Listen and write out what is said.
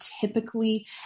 typically